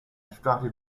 started